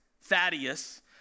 Thaddeus